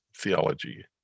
theology